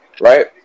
right